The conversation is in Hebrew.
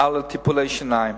טיפולי שיניים,